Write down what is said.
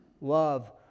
Love